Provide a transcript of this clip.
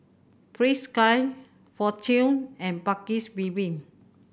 Frisky Fortune and Paik's Bibim